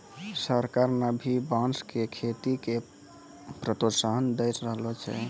सरकार न भी बांस के खेती के प्रोत्साहन दै रहलो छै